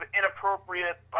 inappropriate